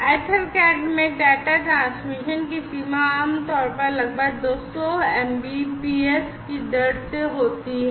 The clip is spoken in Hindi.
EtherCat में डेटा ट्रांसमिशन की सीमा आमतौर पर लगभग 200 एमबीपीएस की दर से होती है